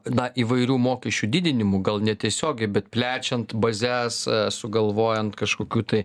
na įvairių mokesčių didinimu gal netiesiogiai bet plečiant bazes sugalvojant kažkokių tai